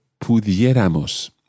pudiéramos